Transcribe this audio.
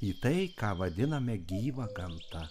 į tai ką vadiname gyva gamta